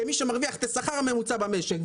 כמי שמרוויח את השכר הממוצע המשק,